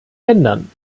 ländern